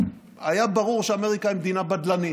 היה ברור שאמריקה מדינה בדלנית.